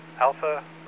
alpha